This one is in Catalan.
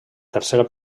tercera